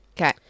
Okay